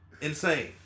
Insane